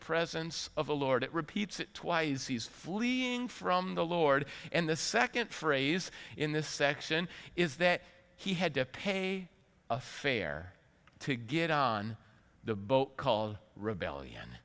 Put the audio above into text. presence of the lord it repeats it twice he's fleeing from the lord and the second phrase in this section is that he had to pay a fair to get on the boat call rebellion